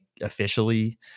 officially